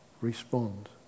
respond